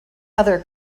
other